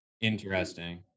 Interesting